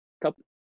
couple